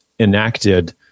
enacted